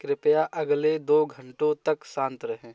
कृपया अगले दो घंटों तक शांत रहें